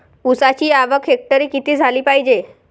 ऊसाची आवक हेक्टरी किती झाली पायजे?